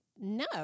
no